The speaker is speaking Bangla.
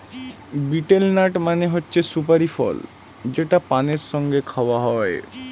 বিটেল নাট মানে হচ্ছে সুপারি ফল যেটা পানের সঙ্গে খাওয়া হয়